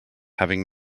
having